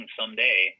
someday